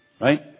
Right